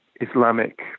Islamic